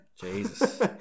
Jesus